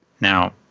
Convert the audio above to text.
Now